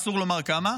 אסור לומר כמה,